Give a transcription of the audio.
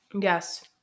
Yes